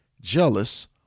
jealous